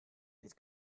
bydd